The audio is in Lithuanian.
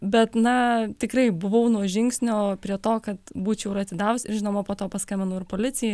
bet na tikrai buvau nuo žingsnio prie to kad būčiau ir atidavus žinoma po to paskambinau ir policijai